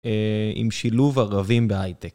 עם שילוב ערבים בהייטק.